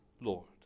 Lord